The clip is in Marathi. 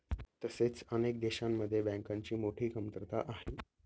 तसेच अनेक देशांमध्ये बँकांची मोठी कमतरता आहे